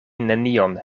nenion